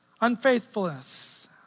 unfaithfulness